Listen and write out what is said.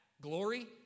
glory